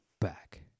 back